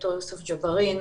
ד"ר יוסף ג'בארין,